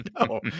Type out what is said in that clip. No